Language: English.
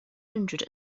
hundred